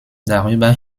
darüber